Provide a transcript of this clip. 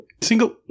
single